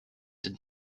did